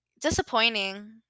disappointing